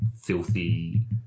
filthy